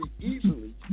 easily